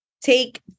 take